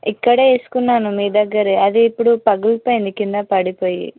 ఇక్కడే వేసుకున్నాను మీ దగ్గరే అది ఇప్పుడు పగిలిపోయింది క్రింద పడిపోయి